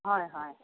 হয় হয়